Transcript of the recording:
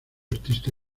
artista